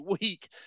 week